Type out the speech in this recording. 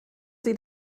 sie